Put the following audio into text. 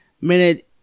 minute